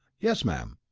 yes, ma'am.